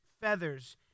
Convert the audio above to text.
feathers